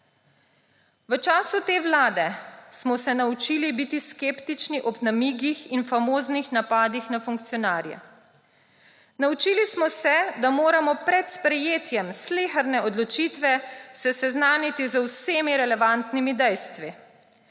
V času te vlade smo se naučili biti skeptični ob namigih in famoznih napadih na funkcionarje. Naučili smo se, da se moramo pred sprejetjem sleherne odločitve seznaniti z vsemi relevantnimi dejstvi.